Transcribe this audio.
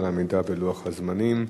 על העמידה בלוח הזמנים.